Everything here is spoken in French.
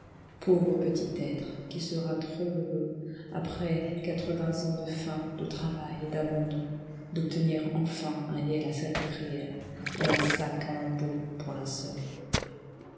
pauvre petit être qui seras trop heureux après quatre-vingts ans de faim de travail et d'abandon d'obtenir enfin un lit à la salpêtrière et un sac en lambeaux pour